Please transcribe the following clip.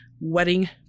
wedding